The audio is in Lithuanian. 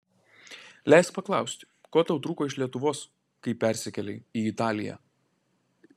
leisk paklausti ko tau trūko iš lietuvos kai persikėlei į italiją